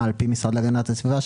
על פי המשרד להגנת הסביבה,